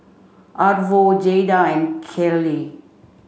Arvo Jayda and Kelli